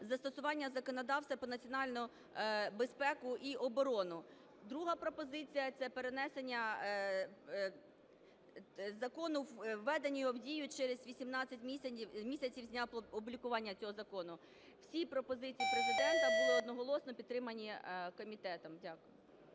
застосування законодавства про національну безпеку і оборону. Друга пропозиція - це перенесення закону… введення його в дію через 18 місяців з дня опублікування цього закону. Всі пропозиції Президента були одноголосно підтримані комітетом. Дякую.